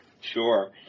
Sure